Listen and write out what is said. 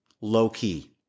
low-key